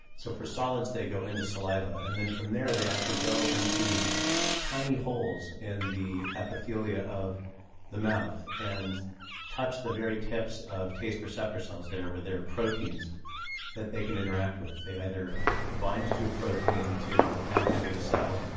so for solids, they go into saliva and then, from there, they go into tiny holes in the epithelia of the mouth and touch the very tips of taste receptor cells, where there are proteins that they can interact with. they either bind to a protein to activate a cell,